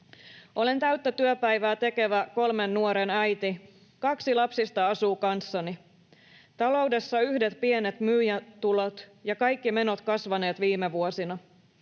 ”Olen täyttä työpäivää tekevä kolmen nuoren äiti, kaksi lapsista asuu kanssani. Taloudessa yhdet pienet myyjän tulot, ja kaikki menot kasvaneet viime vuosina.